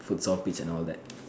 futsal pitch and all that